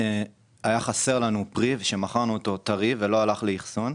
היה חסר לנו פרי שמכרנו אותו טרי ולא הלך לאחסון,